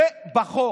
זה בחוק.